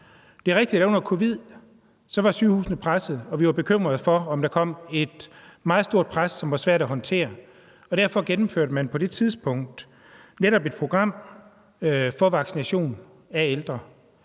Det er rigtigt, at sygehusene under covid var pressede, og vi var bekymrede for, om der kom et meget stort pres, som var svært at håndtere, og derfor gennemførte man på det tidspunkt netop et program for vaccination af ældre.